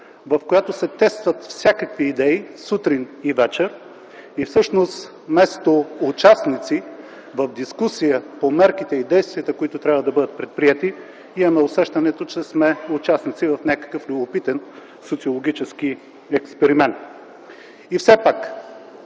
в която се тестват всякакви идеи сутрин и вечер, и вместо участници в дискусия по мерките и действията, които трябва да бъдат предприети, имаме усещането, че сме участници в някакъв любопитен социологически експеримент. Все пак